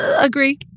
agree